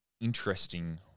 interesting